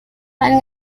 ein